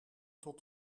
tot